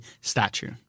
statue